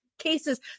cases